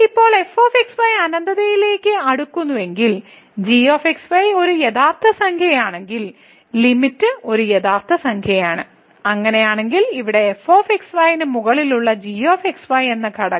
ഇപ്പോൾ f x y അനന്തതയിലേക്ക് അടുക്കുന്നുവെങ്കിൽ g x y ഒരു യഥാർത്ഥ സംഖ്യയാണെങ്കിൽ ലിമിറ്റ് ഒരു യഥാർത്ഥ സംഖ്യയാണ് അങ്ങനെയാണെങ്കിൽ ഇവിടെ f x y ന് മുകളിലുള്ള g x y എന്ന ഘടകം